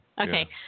Okay